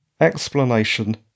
explanation